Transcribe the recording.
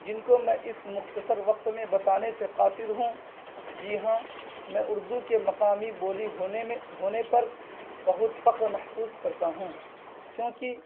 جن کو میں اس مختصر وقت میں بتانے سے قاصر ہوں جی ہاں میں اردو کے مقامی بولی ہونے میں ہونے پر بہت فخر محسوس کرتا ہوں کیونکہ